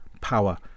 power